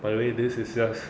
by the way this is just